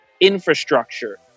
infrastructure